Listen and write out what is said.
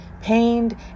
Pained